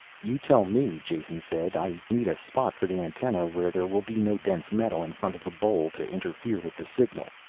you tell me, jason said. i need a spot for the antenna where there will be no dense metal in front of the bowl to interfere with the signal.